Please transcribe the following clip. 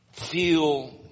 feel